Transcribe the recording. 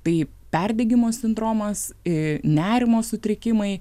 tai perdegimo sindromas i nerimo sutrikimai